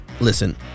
listen